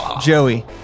Joey